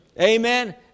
Amen